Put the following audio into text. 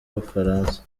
ubufaransa